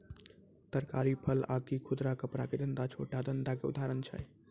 तरकारी, फल आकि खुदरा कपड़ा के धंधा छोटो धंधा के उदाहरण छै